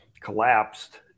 collapsed